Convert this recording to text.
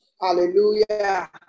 Hallelujah